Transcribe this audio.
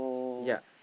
ya